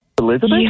Elizabeth